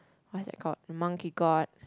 what's that called the Monkey God